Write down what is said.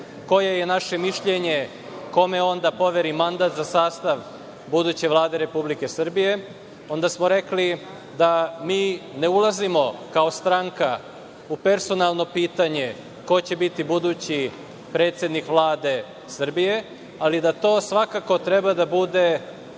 koje je naše mišljenje kome on da poveri mandat za sastav buduće Vlade Republike Srbije, onda smo rekli da mi ne ulazimo kao stranka u personalno pitanje ko će biti budući predsednik Vlade Srbije, ali da to svakako treba da bude